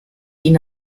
ihn